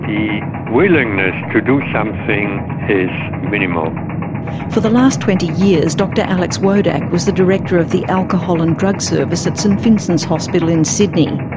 the willingness to do something is minimal. for so the last twenty years, dr alex wodak was the director of the alcohol and drug service at st vincent's hospital in sydney.